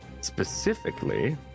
specifically